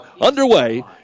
underway